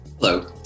Hello